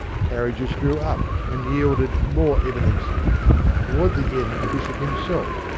carriages drew up, and yielded more eminences toward the end the bishop himself,